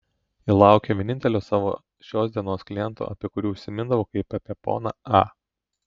ji laukė vienintelio savo šios dienos kliento apie kurį užsimindavo kaip apie poną a